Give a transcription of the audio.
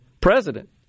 president